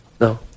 no